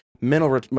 Mental